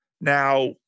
Now